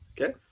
Okay